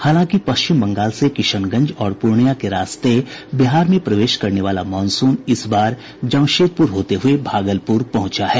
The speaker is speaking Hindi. हालांकि पश्चिम बंगाल से किशनगंज और पूर्णियां के रास्ते बिहार में प्रवेश करने वाला मॉनसून इस बार जमशेदपुर होते हुये भागलपुर पहुंचा है